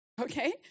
Okay